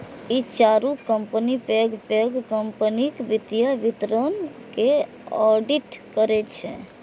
ई चारू कंपनी पैघ पैघ कंपनीक वित्तीय विवरण के ऑडिट करै छै